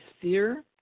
fear